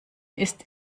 ist